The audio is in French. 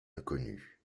inconnu